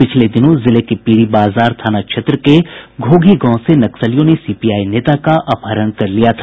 पिछले दिनों जिले के पीरी बाजार थाना क्षेत्र के घोघी गांव से नक्सलियों ने सीपीआई नेता का अपहरण कर लिया था